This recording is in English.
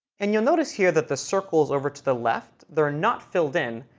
and you'll notice here that the circles over to the left, they're not filled in.